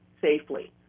safely